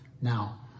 Now